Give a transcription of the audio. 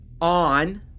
on